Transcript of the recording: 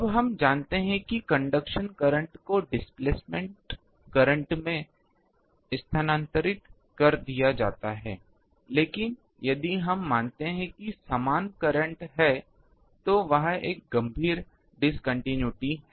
अब हम जानते हैं कि कंडक्शन करंट को डिस्प्लेसमेंट करंट में स्थानांतरित कर दिया जाता है लेकिन यदि हम मानते हैं कि समान करंट है तो वहां एक गंभीर डिस्कन्टिन्यूइटी है